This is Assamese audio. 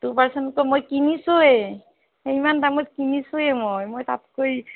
টু পাৰ্চেণ্টকৈ মই কিনিছোঁৱে ইমান দামত কিনিছোঁৱে মই মই তাতকৈ